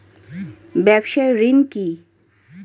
ব্যবসায় ঋণ কি?